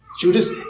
Judas